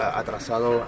atrasado